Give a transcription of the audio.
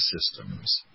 systems